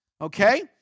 okay